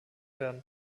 werden